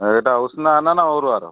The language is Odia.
ଏଇଟା ଉଷୁନା ଦାନା ନା ଅରୁଆ ର